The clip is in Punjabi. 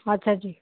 ਅੱਛਾ ਜੀ